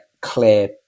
clear